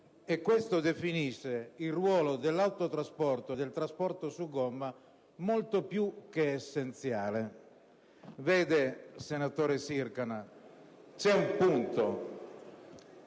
Questo definisce il ruolo dell'autotrasporto e del trasporto su gomma come molto più che essenziale. Vede, senatore Sircana, c'è un punto